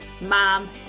mom